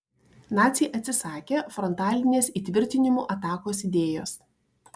naciai atsisakė frontalinės įtvirtinimų atakos idėjos